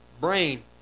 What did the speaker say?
brain